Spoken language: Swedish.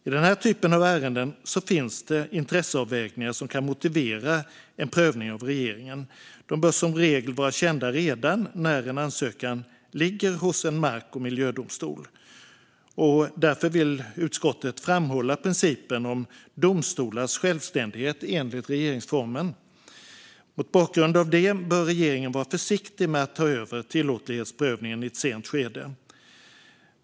I den här typen av ärenden finns det intresseavvägningar som kan motivera en prövning av regeringen. De bör som regel vara kända redan när en ansökan ligger hos en mark och miljödomstol. Därför vill utskottet framhålla principen om domstolars självständighet enligt regeringsformen. Mot bakgrund av det bör regeringen vara försiktig med att ta över tillåtlighetsprövningen i ett sent skede.